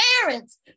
parents